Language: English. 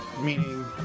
meaning